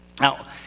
Now